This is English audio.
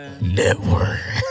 Network